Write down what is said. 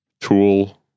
Tool